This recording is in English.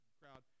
crowd